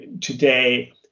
today